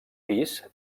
pis